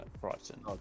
Brighton